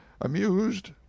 amused